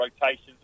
rotations